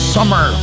Summer